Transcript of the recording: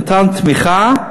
נתן תמיכה,